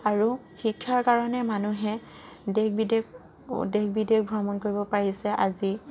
আৰু শিক্ষাৰ কাৰণে মানুহে দেশ বিদেশ দেশ বিদেশ ভ্ৰমণ কৰিব পাৰিছে আজি